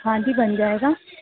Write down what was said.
ہاں جی بن جائے گا